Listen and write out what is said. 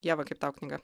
ieva kaip tau knyga